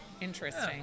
Interesting